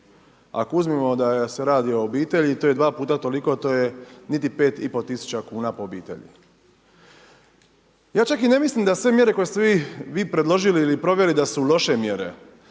Ako uzmemo da se radi o obitelji, to je dva puta toliko, to je niti pet i pol tisuća kuna po obitelji. Ja čak i ne mislim da sve mjere koje ste vi predložili ili proveli da su loše mjere,